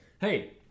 hey